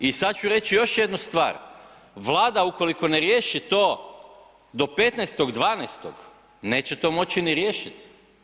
I sada ću reći još jednu stvar, Vlada ukoliko ne riješi to do 15.12. neće to moći ni riješiti.